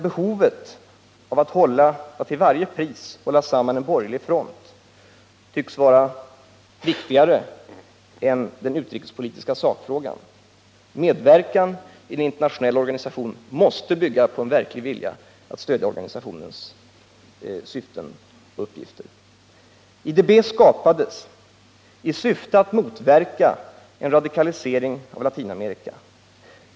Behovet av att till varje pris hålla samman en borgerlig front tycks vara viktigare än den utrikespolitiska sakfrågan. Medverkan i en internationell organisation måste bygga på en verklig vilja att stödja organisationens syften och uppgifter. IDB skapades i syfte att motverka en radikalisering av Latinamerika.